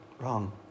wrong